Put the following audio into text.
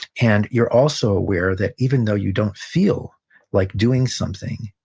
and you're also aware that even though you don't feel like doing something,